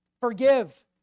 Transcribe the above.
forgive